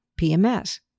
PMS